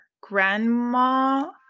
grandma